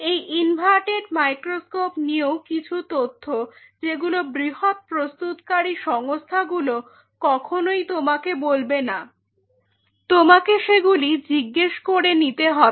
এই inverted microscope নিয়েও কিছু তথ্য যেগুলো বৃহৎ প্রস্তুতকারী সংস্থা গুলো কখনোই তোমাকে বলবে না তোমাকে সেগুলি জিজ্ঞেস করে নিতে হবে